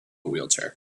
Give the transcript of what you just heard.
wheelchair